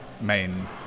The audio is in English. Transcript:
main